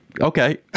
Okay